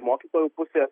mokytojų pusė